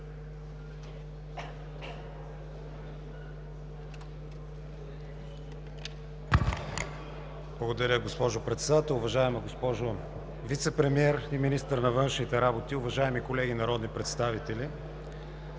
Благодаря, госпожо Председател. Уважаема госпожо Вицепремиер и министър на външните работи, уважаеми колеги народни представители!